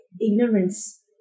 Ignorance